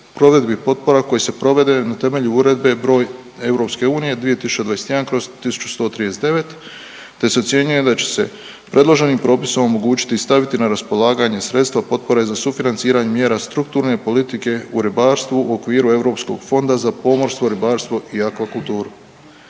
provedbi potpora koje se provode na temelju Uredbe broj EU2021/1139, te se ocjenjuje da će se predloženim propisom omogućiti i staviti na raspolaganje sredstva potpore za sufinanciranje mjera strukturne politike u ribarstvu u okviru Europskog fonda za pomorstvo, ribarstvo i aquakulturu.